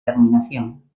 terminación